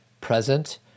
present